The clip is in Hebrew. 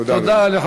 תודה, אדוני.